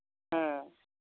ᱦᱮᱸ